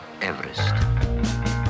Everest